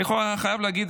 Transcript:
אני חייב להגיד,